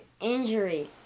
injury